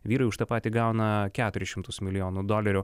vyrai už tą patį gauna keturis šimtus milijonų dolerių